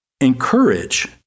encourage